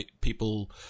people